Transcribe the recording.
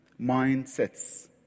mindsets